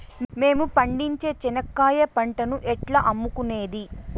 మేము పండించే చెనక్కాయ పంటను ఎట్లా అమ్ముకునేది?